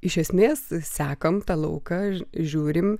iš esmės sekam tą lauką žiūrim